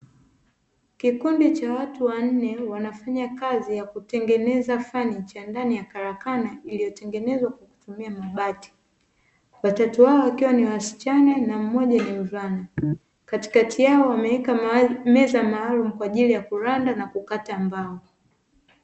Kikundi cha watu wanne, wanafanya kazi ya kutengeneza fanicha ndani ya karakana; iliyotengenezwa kwa kutumia mabati. Watatu wao wakiwa ni wasichana na mmoja ni mvulana. Katikati yao wameweka meza maalumu kwa ajili ya kuranda na kukata mbao.